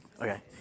Okay